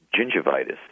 gingivitis